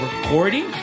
Recording